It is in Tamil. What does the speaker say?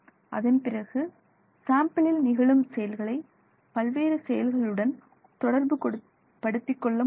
அதன் பிறகு சாம்பிளில் நிகழும் செயல்களை பல்வேறு செயல்களுடன் தொடர்பு படுத்திக்கொள்ள முடியும்